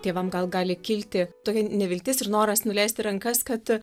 tėvam gal gali kilti tokia neviltis ir noras nuleisti rankas kad